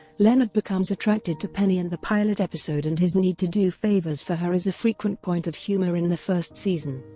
leonard becomes attracted to penny in the pilot episode and his need to do favors for her is a frequent point of humor in the first season.